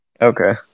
Okay